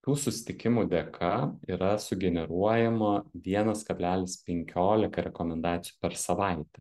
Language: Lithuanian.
tų susitikimų dėka yra sugeneruojama vienas kablelis penkiolika rekomendacijų per savaitę